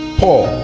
paul